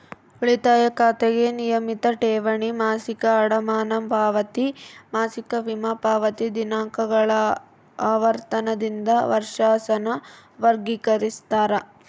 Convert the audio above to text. ಉಳಿತಾಯ ಖಾತೆಗೆ ನಿಯಮಿತ ಠೇವಣಿ, ಮಾಸಿಕ ಅಡಮಾನ ಪಾವತಿ, ಮಾಸಿಕ ವಿಮಾ ಪಾವತಿ ದಿನಾಂಕಗಳ ಆವರ್ತನದಿಂದ ವರ್ಷಾಸನ ವರ್ಗಿಕರಿಸ್ತಾರ